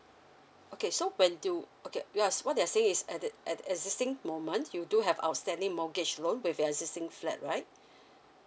okay so when do okay you are what they're saying is at the at at existing moments you do have outstanding mortgage loan with your existing flat right